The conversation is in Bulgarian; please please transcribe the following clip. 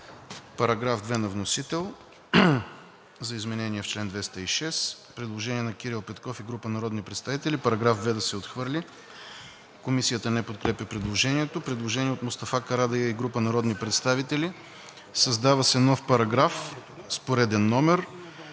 По § 2 на вносител за изменение в чл. 206. Предложение на Кирил Петков и група народни представители § 2 да се отхвърли. Комисията не подкрепя предложението. Предложение от Мустафа Карадайъ и група народни представители. „Създава се нов параграф с пореден номер…: